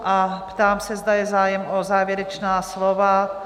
A ptám se, zda je zájem o závěrečná slova?